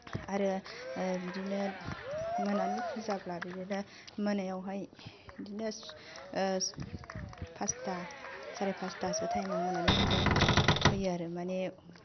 आरो बिदिनो मोनानि फुजाब्ला बिदिनो मोनायावहाय बिदिनो पास्ता सारे पास्तासो टाइमआव मोनानि फुजाखौ होयो आरो माने